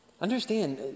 Understand